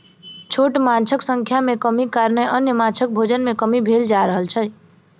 छोट माँछक संख्या मे कमीक कारणेँ अन्य माँछक भोजन मे कमी भेल जा रहल अछि